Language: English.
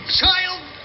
child